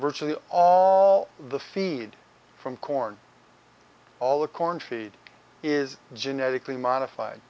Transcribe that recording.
virtually all the feed from corn all the corn feed is genetically modified